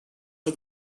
for